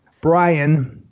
Brian